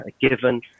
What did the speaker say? given